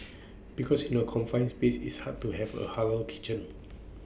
because in A confined space is hard to have A Halal kitchen